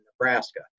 Nebraska